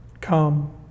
Come